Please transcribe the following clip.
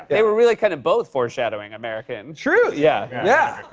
they were really kind of both foreshadowing america. and truth. yeah. yeah.